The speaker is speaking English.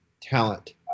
talent